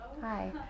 Hi